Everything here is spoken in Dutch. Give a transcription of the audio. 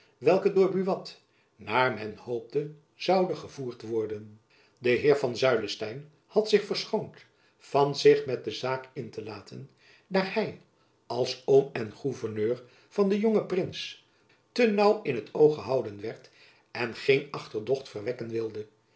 welke door buat naar men hoopte zoude gevoerd worden de heer van zuylestein had zich verschoond van zich met de zaak in te laten daar hy als oom en gouverneur van den jongen prins te naauw in t oog gehouden werd en geen achterdocht verwekken wilde